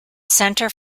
centre